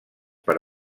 per